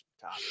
top